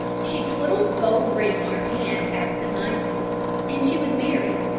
she twiddled the gold ring on her hand absent-mindedly and she was married.